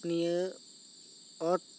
ᱱᱤᱭᱟ ᱚᱛ